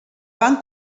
van